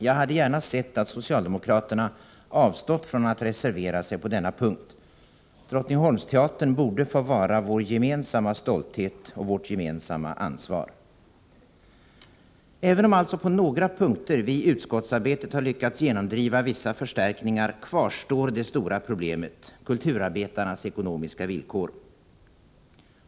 Jag hade gärna sett att socialdemokraterna avstått från att reservera sig på denna punkt. Drottningholmsteatern borde få vara vår gemensamma stolthet och vårt gemensamma ansvar. Även om vi i utskottsarbetet alltså på några punkter lyckats genomdriva vissa förstärkningar kvarstår det stora problemet: kulturarbetarnas ekonomiska villkor.